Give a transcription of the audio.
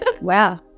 Wow